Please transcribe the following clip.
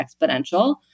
exponential